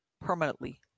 permanently